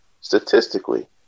statistically